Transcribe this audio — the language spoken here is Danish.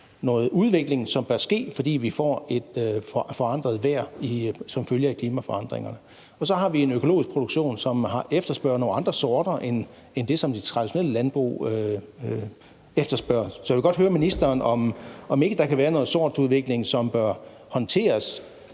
noget udvikling, som bør ske, fordi vi får et forandret vejr som følge af klimaforandringerne, og så har vi en økologisk produktion, som efterspørger nogle andre sorter end det, som de traditionelle landbrug efterspørger. Så jeg vil godt høre ministeren, om ikke der kan være noget sortsudvikling, som bør håndteres